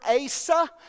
Asa